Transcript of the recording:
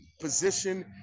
position